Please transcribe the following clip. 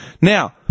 Now